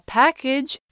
package